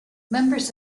members